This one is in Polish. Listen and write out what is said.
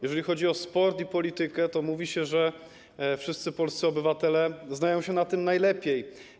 Jeżeli chodzi o sport i politykę, to mówi się, że wszyscy polscy obywatele znają się na tym najlepiej.